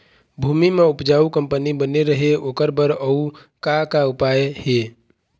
भूमि म उपजाऊ कंपनी बने रहे ओकर बर अउ का का उपाय हे?